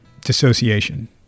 dissociation